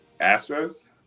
Astros